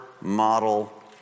model